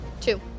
Two